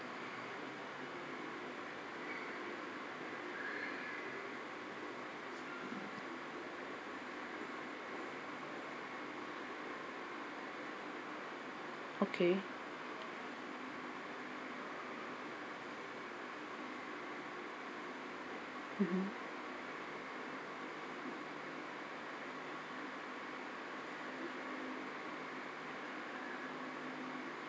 okay mmhmm